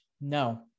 No